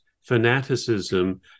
fanaticism